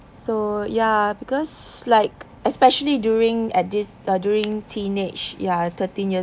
so ya because like especially during at this uh during teenage ya thirteen years